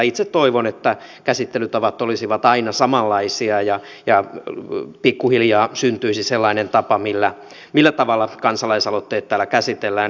itse toivon että käsittelytavat olisivat aina samanlaisia ja pikkuhiljaa syntyisi sellainen tapa millä tavalla kansalaisaloitteet täällä käsitellään